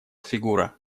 фигура